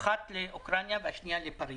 האחת לאוקראינה והשנייה לפריז.